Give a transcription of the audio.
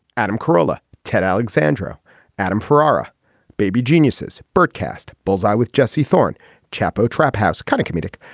adam carolla ted alexandra adam ferrara baby geniuses burt cast bullseye with jesse thorn chapo trap house kind of comedic.